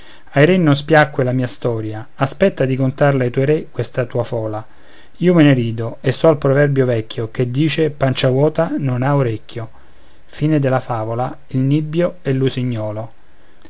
ai re non spiacque la mia storia aspetta di contarla a tuoi re questa tua fola io me ne rido e sto al proverbio vecchio che dice pancia vuota non ha orecchio